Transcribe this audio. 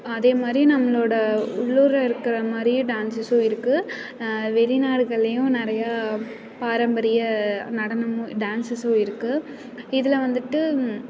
அதே மாதிரி நம்மளோடய உள்ளூரில் இருக்கிற மாதிரியே டான்ஸஸும் இருக்குது வெளிநாடுகள்லையும் நிறையா பாரம்பரிய நடனமும் டான்ஸஸும் இருக்குது இதில் வந்துவிட்டு